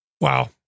Wow